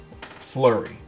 Flurry